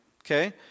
okay